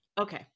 Okay